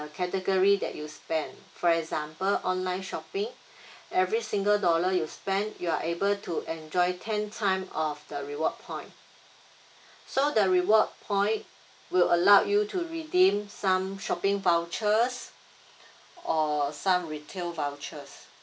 category that you spend for example online shopping every single dollar you spent you are able to enjoy ten time of the reward points so the reward point will allow you to redeem some shopping vouchers or or some retail vouchers